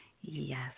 Yes